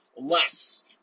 less